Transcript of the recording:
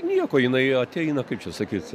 nieko jinai ateina kaip čia sakyt